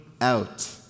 out